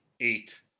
eight